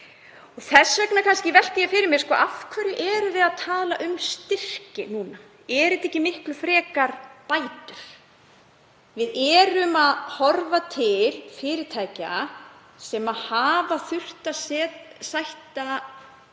Þess vegna velti ég fyrir mér: Af hverju erum við að tala um styrki núna? Eru þetta ekki miklu frekar bætur? Við erum að horfa til fyrirtækja sem hafa þurft að sæta